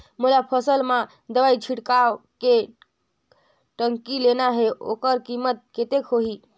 मोला फसल मां दवाई छिड़काव के टंकी लेना हे ओकर कीमत कतेक होही?